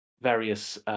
various